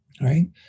right